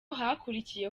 hakurikiye